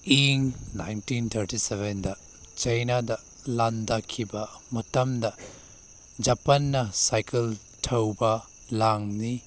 ꯏꯪ nineteen thirty ꯁꯕꯦꯟꯗ ꯆꯥꯏꯅꯥꯗ ꯂꯥꯟꯗꯥꯈꯤꯕ ꯃꯇꯝꯗ ꯖꯄꯥꯟꯅ ꯁꯥꯏꯀꯜ ꯊꯧꯕ ꯂꯥꯟꯅꯤ